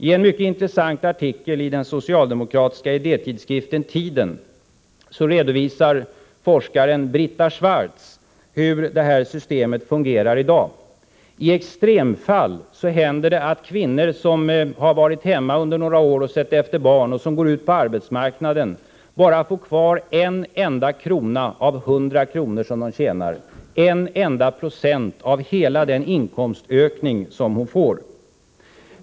I en mycket intressant artikel i den socialdemokratiska idétidskriften Tiden redovisar forskaren Brita Schwarz hur detta system fungerar i dag. I extremfall händer det att kvinnor, som har varit hemma några år och sett efter barnen och som därefter går ut på arbetsmarknaden, bara får kvar en enda krona av 100 kr. som de tjänar, dvs. en enda procent av inkomstökningen.